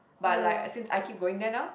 but like since I keep going there now